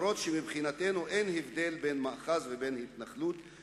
גם אם מבחינתנו אין הבדל בין מאחז ובין התנחלות,